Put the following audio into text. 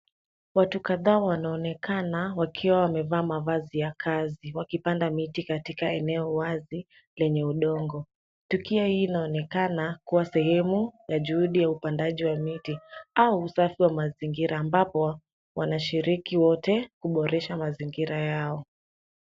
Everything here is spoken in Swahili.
Watu kadhaa wanaonekana wakiwa wamevaa mavazi ya kazi wakipanda miti katika eneo wazi lenye udongo. Tukio hii inaonekana kuwa sehemu ya juhudi ya upandaji wa miti au usafi wa mazingira ambapo wanashiriki wote kuboresha mazingira yao.